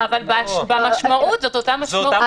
אבל זאת אותה משמעות.